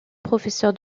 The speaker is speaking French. professeur